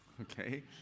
Okay